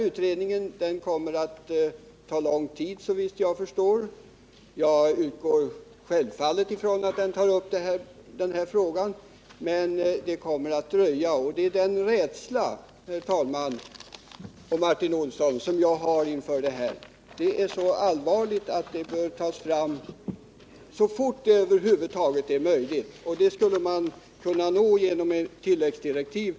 Utredningens arbete kommer, såvitt jag förstår, att ta lång tid. Jag utgår självfallet ifrån att utredningen tar upp den här frågan. Men det kommer att dröja. Jag känner en rädsla för det, Martin Olsson, och den här frågan är så pass allvarlig att den bör behandlas så fort som det över huvud taget är möjligt. Det resultatet skulle man kunna nå genom att utfärda tilläggsdirektiv.